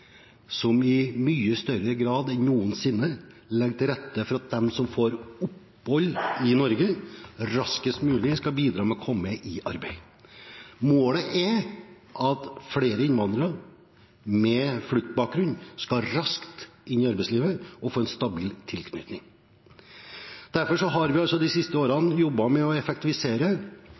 som i mye større grad enn noensinne legger til rette for at de som får opphold i Norge, raskest mulig skal bidra med å komme i arbeid. Målet er at flere innvandrere med fluktbakgrunn raskt skal inn i arbeidslivet og få en stabil tilknytning. Derfor har vi de siste årene jobbet med å effektivisere